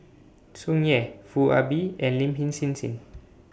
Tsung Yeh Foo Ah Bee and Lin Him Hsin Hsin